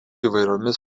įvairiomis